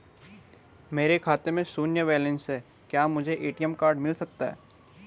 मेरे खाते में शून्य बैलेंस है क्या मुझे ए.टी.एम कार्ड मिल सकता है?